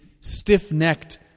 stiff-necked